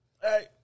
Hey